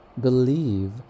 believe